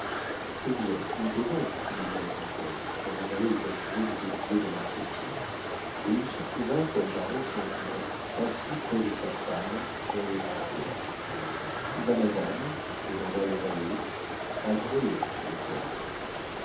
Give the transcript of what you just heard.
eh bien montez donc lui dit la comtesse quand le valet eut achevé de déplier le marchepied et il se trouva comme par enchantement assis près de sa femme dans le coupé où va madame demanda le valet a groslay dit-elle